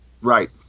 Right